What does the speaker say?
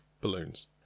balloons